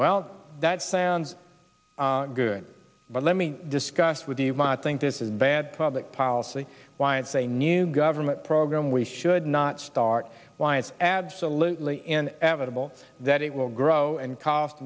well that sounds good but let me discuss with you might think this is bad public policy why it's a new government program we should not start why it's absolutely inevitable that it will grow and cost